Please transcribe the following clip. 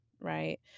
right